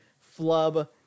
Flub